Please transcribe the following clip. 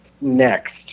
next